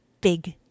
big